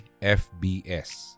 FBS